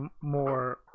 more